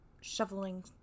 shoveling